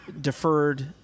deferred